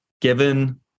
given